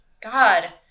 god